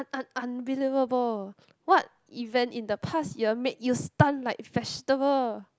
un~ un~ unbelievable what event in the past year make you stunt like vegetable